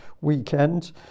weekend